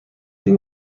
این